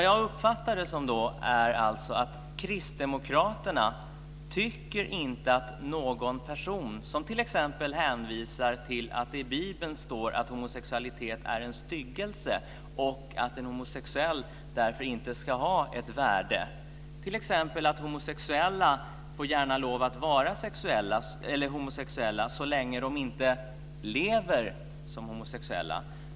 Jag uppfattar det som att kristdemokraterna inte tycker att någon person ska kunna hänvisa till att det i Bibeln står att homosexualitet är en styggelse och att en homosexuell därför inte ska ha ett värde, eller att homosexuella gärna får lov att vara homosexuella så länge de inte lever som homosexuella.